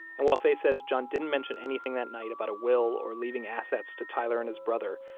and while faye says john didn't mention anything that night about a will or leaving assets to tyler and his brother,